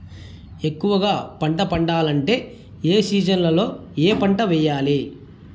ఎక్కువగా పంట పండాలంటే ఏ సీజన్లలో ఏ పంట వేయాలి